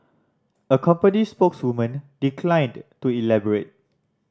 a company spokeswoman declined to elaborate